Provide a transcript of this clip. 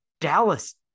Dallas